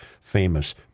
famous